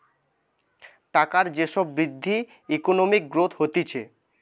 টাকার যে সব বৃদ্ধি বা ইকোনমিক গ্রোথ হতিছে